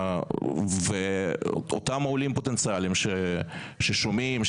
אותם עולים פוטנציאלים ששומעים,